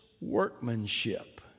workmanship